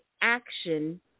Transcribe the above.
action